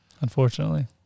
unfortunately